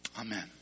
Amen